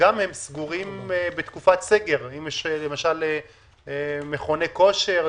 שסגורים בתקופת הסגר כמו למשל מכוני כושר,